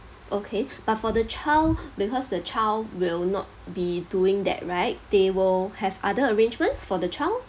okay but for the child because the child will not be doing that right they will have other arrangements for the child